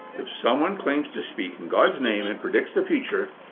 if someone claims to speak in god's name and predicts the future,